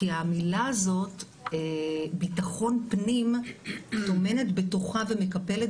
כי המילה הזאת ביטחון פנים טומנת בתוכה ומקפלת